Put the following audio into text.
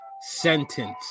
sentence